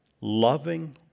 loving